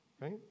right